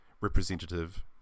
representative